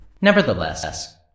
Nevertheless